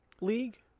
league